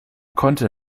konnte